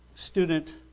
student